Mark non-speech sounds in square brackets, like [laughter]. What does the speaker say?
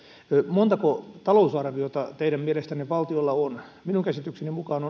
montako talousarviota teidän mielestänne valtiolla on minun käsitykseni mukaan [unintelligible]